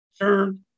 Turn